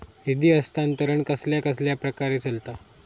निधी हस्तांतरण कसल्या कसल्या प्रकारे चलता?